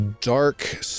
dark